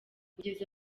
ugeze